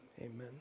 Amen